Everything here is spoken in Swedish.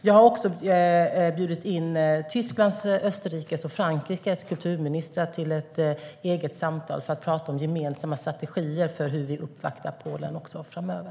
Jag har bjudit in Tysklands, Österrikes och Frankrikes kulturministrar till samtal om gemensamma strategier för hur vi uppvaktar Polen framöver.